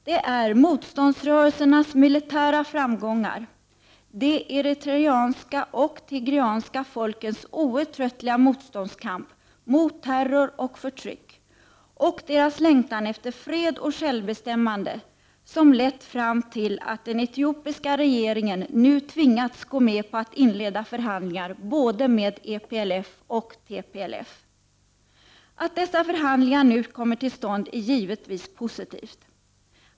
Det är motståndsrörelsens militära framgångar, de eritreanska och tigreanska folkens outtröttliga motståndskamp mot terror och förtryck, och deras längtan efter fred och självbestämmande, som lett fram till att den etiopiska regeringen nu tvingats gå med på att inleda förhandlingar med både EPLF och TPLF. Att dessa förhandlingar nu kommer till stånd är givetvis positivt.